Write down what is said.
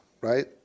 right